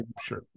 sure